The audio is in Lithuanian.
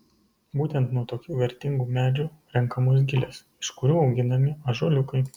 būtent nuo tokių vertingų medžių renkamos gilės iš kurių auginami ąžuoliukai